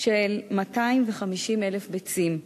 של 250,000 ביצים.